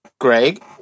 Greg